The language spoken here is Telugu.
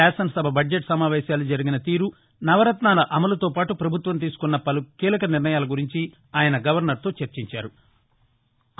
శాసనసభ బడ్జెట్ సమావేశాలు జరిగిన తీరు నవరత్నాల అమలుతో పాటు ప్రభుత్వం తీసుకున్న పలు కీలక నిర్ణయాల గురించి ఆయన గవర్నర్తో చర్చించారు